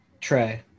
Trey